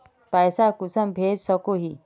पैसा कुंसम भेज सकोही?